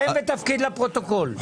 שם ותפקיד לפרוטוקול.